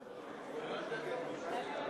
בבקשה.